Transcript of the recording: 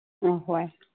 ꯑꯥ ꯍꯣꯏ